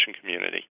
community